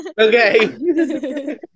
Okay